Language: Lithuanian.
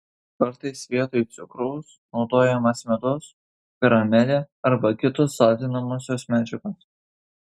kartais vietoj cukraus naudojamas medus karamelė arba kitos saldinamosios medžiagos